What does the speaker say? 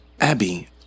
Abby